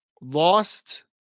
lost